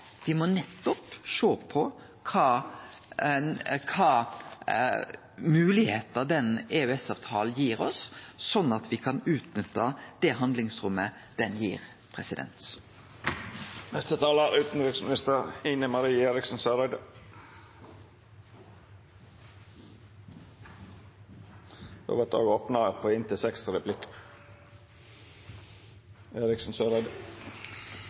må nettopp sjå på kva moglegheiter den EØS-avtalen gir oss, sånn at me kan utnytte det handlingsrommet han gir.